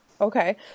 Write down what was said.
okay